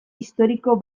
historiko